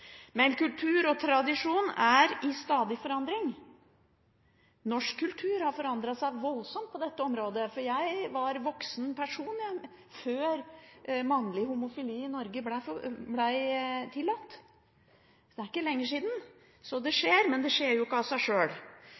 Men kultur og tradisjon er i stadig forandring. Norsk kultur har forandret seg voldsomt på dette området. Jeg var en voksen person før mannlig homofili ble tillatt i Norge. Det er ikke lenger siden. Så det skjer noe, men det skjer ikke av seg sjøl.